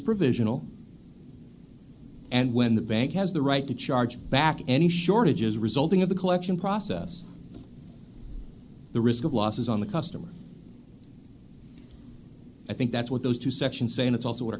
provisional and when the bank has the right to charge back any shortages resulting in the collection process the risk of loss is on the customer i think that's what those two sections say and it's also where